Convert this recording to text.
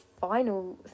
final